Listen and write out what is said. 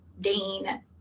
Dane